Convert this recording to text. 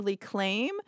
claim